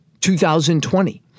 2020